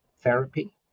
therapy